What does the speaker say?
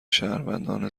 شهروندان